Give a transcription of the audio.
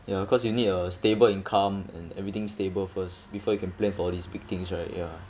ya cause you need a stable income and everything stable first before you can plan for these big things right ya